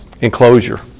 enclosure